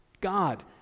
God